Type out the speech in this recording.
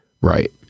Right